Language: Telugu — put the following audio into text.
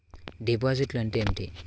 డిపాజిట్లు అంటే ఏమిటి?